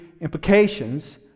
implications